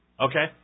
Okay